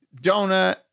Donut